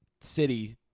city